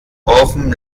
offen